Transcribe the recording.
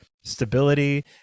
stability